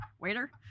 Waiter